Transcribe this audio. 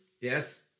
Yes